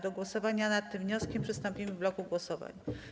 Do głosowania nad tym wnioskiem przystąpimy w bloku głosowań.